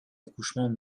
accouchements